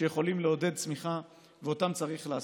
שיכולים לעודד צמיחה ואותם צריך לעשות.